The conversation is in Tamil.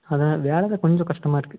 அதுதான் வேலை தான் கொஞ்சம் கஷ்டமாக இருக்குது